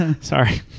sorry